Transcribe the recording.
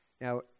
Now